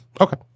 Okay